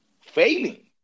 failing